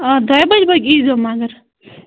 آ دۄیہِ بَجہِ بَٲگۍ ییٖزیٚو مَگر